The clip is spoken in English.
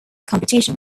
competition